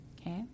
Okay